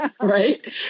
right